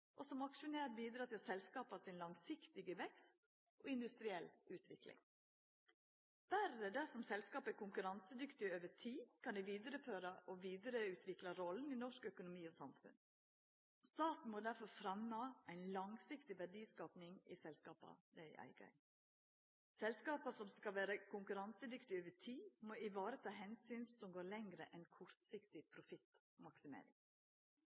og som aksjonær bidra til selskapas langsiktige vekst og industrielle utvikling. Berre dersom selskapa er konkurransedyktige over tid, kan dei vidareføra og vidareutvikla rolla i norsk økonomi og samfunn. Staten må derfor fremja ei langsiktig verdiskaping i selskapa han er eigar i. Selskapa som skal vera konkurransedyktige over tid, må vareta omsyn som går lenger enn til kortsiktig